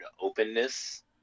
openness